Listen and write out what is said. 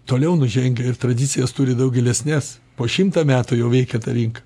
toliau nužengę ir tradicijas turi daug gilesnes po šimtą metų jau veikė ta rinka